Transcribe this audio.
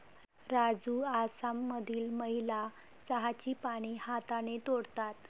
राजू आसाममधील महिला चहाची पाने हाताने तोडतात